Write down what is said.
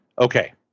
okay